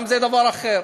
גם זה, דבר אחר.